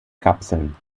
kapseln